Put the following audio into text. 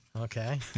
Okay